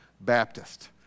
Baptist